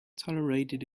tolerated